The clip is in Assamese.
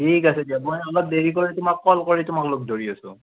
ঠিক আছে দিয়া মই অলপ দেৰিকৈ তোমাক কল কৰি তোমাক লগ ধৰি আছোঁ